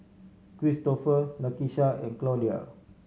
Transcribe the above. Kristoffer Lakesha and Claudia